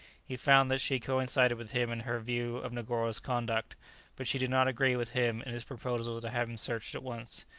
he found that she coincided with him in her view of negoro's conduct but she did not agree with him in his proposal to have him searched at once.